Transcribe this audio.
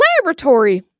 Laboratory